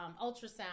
ultrasound